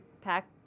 pack